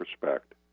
respect